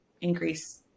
increase